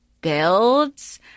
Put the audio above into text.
builds